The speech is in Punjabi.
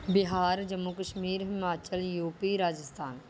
ਬਿਹਾਰ ਜੰਮੂ ਕਸ਼ਮੀਰ ਹਿਮਾਚਲ ਯੂਪੀ ਰਾਜਸਥਾਨ